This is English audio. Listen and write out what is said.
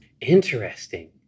Interesting